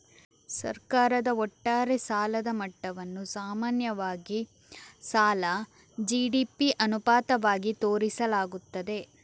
ಸರ್ಕಾರದ ಒಟ್ಟಾರೆ ಸಾಲದ ಮಟ್ಟವನ್ನು ಸಾಮಾನ್ಯವಾಗಿ ಸಾಲ ಜಿ.ಡಿ.ಪಿ ಅನುಪಾತವಾಗಿ ತೋರಿಸಲಾಗುತ್ತದೆ